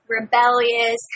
rebellious